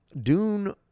Dune